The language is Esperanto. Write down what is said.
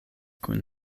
kun